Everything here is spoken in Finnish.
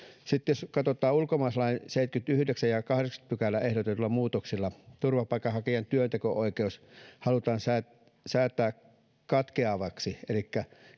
sitten jos katsotaan ulkomaalaislain seitsemättäkymmenettäyhdeksättä ja kahdeksattakymmenettä pykälää niin ehdotetuilla muutoksilla turvapaikanhakijan työnteko oikeus halutaan säätää säätää katkeavaksi elikkä